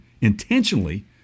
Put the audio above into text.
intentionally